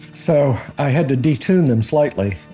so i had to de-tune them slightly.